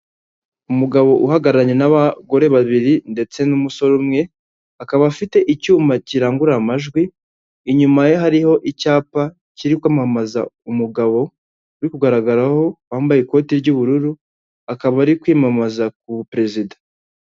Umugabo ugararanye n'abagore babiri ndetse n'umusore umwe, akaba afite icyuma kirangurura amajwi, inyuma ye hariho icyapa kiri kwamamaza umugabo uri kugaragaraho wambaye ikoti ry'ubururu, akaba ari kwiyamamaza k'ubuperezida.